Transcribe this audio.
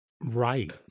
Right